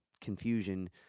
confusion